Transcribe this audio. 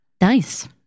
Nice